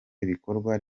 ibikorwa